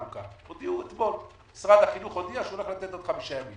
משרד החינוך הודיע שהוא ייתן עוד חמישה ימים.